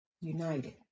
united